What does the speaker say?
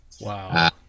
Wow